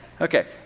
Okay